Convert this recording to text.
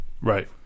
Right